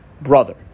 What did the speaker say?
brother